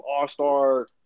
all-star